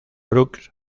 brooks